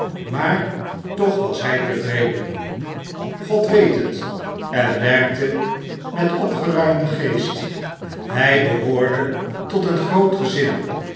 maar toch was hy tevreden god weet het en werkte met opgeraimden geest hy behoorde tot een groot gezin